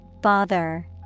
Bother